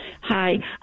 Hi